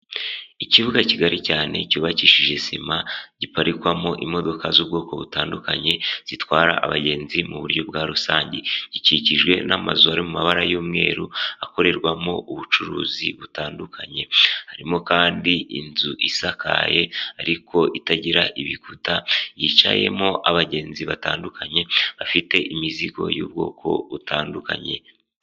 Ikibuga kigali cyane cyubakishije sima giparikwamo imodoka z'ubwoko butandukanye zitwara abagenzi mu buryo bwa rusange, ikikijwe n'amazure mu mabara y'umweru akorerwamo ubucuruzi butandukanye, harimo kandi inzu isakaye ariko itagira ibikuta yicayemo abagenzi batandukanye bafite imizigo y'ubwoko butandukanye.